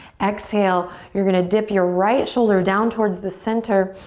exhale, you're gonna dip your right shoulder down towards the center,